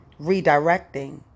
redirecting